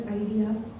ideas